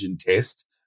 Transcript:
test